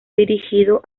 dirigido